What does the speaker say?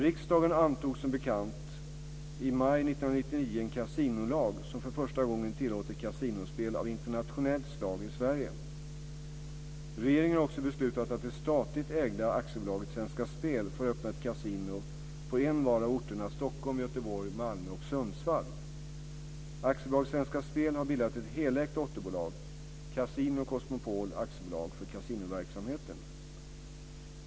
Riksdagen antog som bekant, mot bakgrund av regeringens proposition Kasinospel i Sverige m.m. Sverige. Regeringen har också beslutat att det statligt ägda aktiebolaget Svenska Spel får öppna ett kasino på envar av orterna Stockholm, Göteborg, Malmö och Sundsvall. AB Svenska spel har bildat ett helägt dotterbolag, Casino Cosmopol AB för kasinoverksamheten.